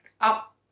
up